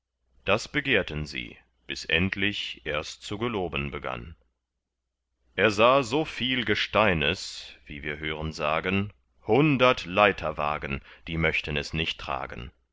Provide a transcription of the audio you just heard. das begehrten sie bis endlich ers zu geloben begann er sah so viel gesteines wie wir hören sagen hundert leiterwagen die möchten es nicht tragen